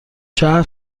شهر